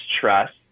Trust